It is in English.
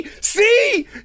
see